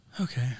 okay